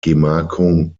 gemarkung